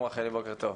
שלום רחלי, בוקר טוב.